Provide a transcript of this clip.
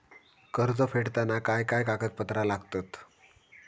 कर्ज फेडताना काय काय कागदपत्रा लागतात?